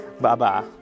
Bye-bye